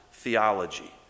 theology